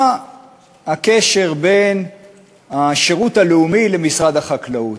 מה הקשר בין השירות הלאומי למשרד החקלאות?